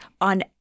on